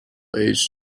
age